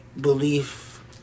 belief